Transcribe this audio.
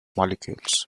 molecules